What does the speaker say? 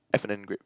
F and N grape